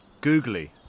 Googly